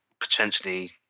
potentially